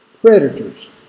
predators